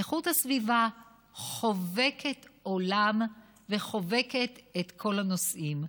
איכות הסביבה חובקת עולם וחובקת את כל הנושאים.